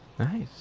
Nice